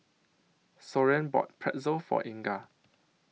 Soren bought Pretzel For Inga